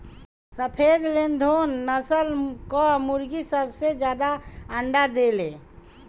सफ़ेद लेघोर्न नस्ल कअ मुर्गी सबसे ज्यादा अंडा देले